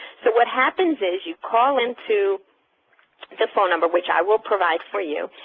so what happens is you call into the phone number, which i will provide for you,